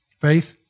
Faith